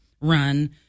run